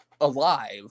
alive